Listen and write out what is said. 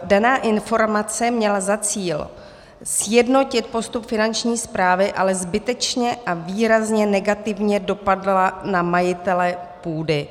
Daná informace měla za cíl sjednotit postup Finanční správy, ale zbytečně a výrazně negativně dopadla na majitele půdy.